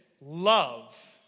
love